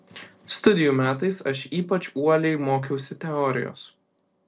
studijų metais aš ypač uoliai mokiausi teorijos